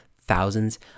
thousands